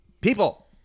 People